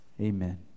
Amen